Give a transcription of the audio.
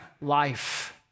life